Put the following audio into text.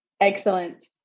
Excellent